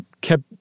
kept